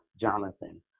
Jonathan